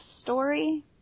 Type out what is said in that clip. story